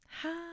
Hi